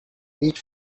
each